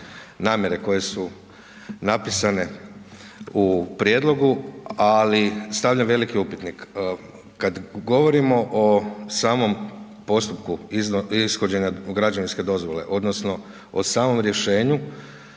namjere koje su napisane u Prijedlogu, ali stavljam veliki upitnik. Kad govorimo o samom postupku ishođenja građevinske dozvole odnosno o samom rješenju,